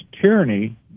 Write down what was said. tyranny